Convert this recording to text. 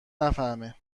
نفهمه